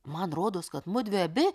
man rodos kad mudvi abi